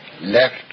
Left